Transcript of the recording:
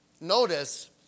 Notice